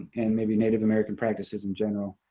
and maybe native american practices, in general.